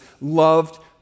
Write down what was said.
loved